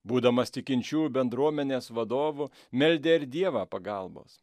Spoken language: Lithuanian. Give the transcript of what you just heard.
būdamas tikinčiųjų bendruomenės vadovu meldė ir dievą pagalbos